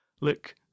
look